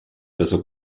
besser